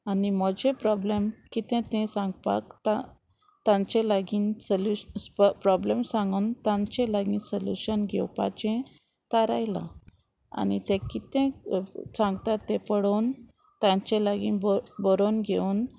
आनी म्हजे प्रोब्लेम कितें तें सांगपाक ता तांचे लागीन सोल्यूश प्रोब्लेम सांगून तांचें लागीं सोल्युशन घेवपाचें तारायलां आनी तें कितें सांगता तें पळोवन तांचें लागीं बरोवन घेवन